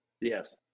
yes